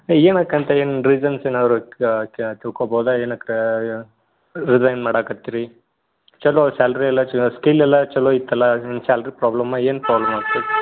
ಏನಕ್ಕೆ ಅಂತ ಏನು ರೀಸನ್ಸ್ ಏನಾದ್ರು ಕ ಕ ತಿಳ್ಕೊಬೋದು ಏನಕ್ಕೆ ರಿಸೈನ್ ಮಾಡಾಕತ್ತೀರಿ ಚಲೋ ಸ್ಯಾಲ್ರಿ ಎಲ್ಲ ಚಲೋ ಸ್ಕಿಲ್ ಎಲ್ಲ ಚಲೋ ಇತ್ತಲ್ಲ ನಿಮ್ಮ ಸ್ಯಾಲ್ರಿ ಪ್ರಾಬ್ಲಮ್ಮ ಏನು ಪ್ರಾಬ್ಲಮ್ ಇತ್ತು